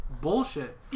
bullshit